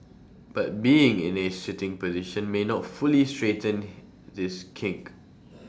but being in A sitting position may not fully straighten this kink